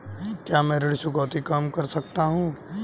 क्या मैं ऋण चुकौती कम कर सकता हूँ?